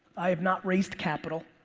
i have not raised capital.